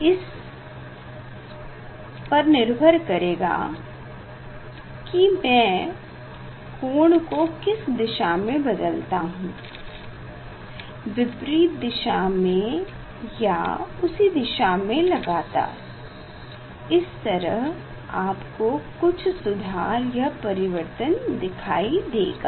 यह इस पर निर्भर करेगा की मैं कोण को किस दिशा में बदलता हूँ विपरीत दिशा में या उसी दिशा में लगातार इस तरह आपको कुछ सुधार या परिवर्तन दिखाई देगा